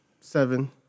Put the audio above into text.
seven